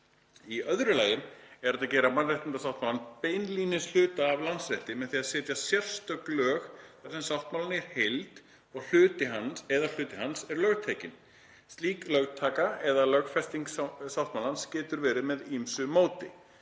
Í öðru lagi er hægt að gera mannréttindasáttmálann beinlínis að hluta af landsrétti með því að setja sérstök lög þar sem sáttmálinn í heild eða hluti hans er lögtekinn. Slík lögtaka eða lögfesting sáttmálans getur verið með ýmsu móti.